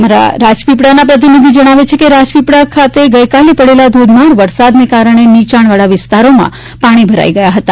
અમારા પ્રતિનિધિ જણાવે છે કે રાજપીપળા ખાતે ગઇકાલે પડેલા ધોધમાર વરસાદના કારણે નીચાણવાળા વિસ્તારોમાં પાણી ભરાઇ ગયા હતા